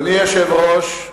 אדוני היושב-ראש,